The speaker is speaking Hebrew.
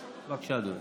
בבקשה, אדוני.